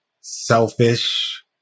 selfish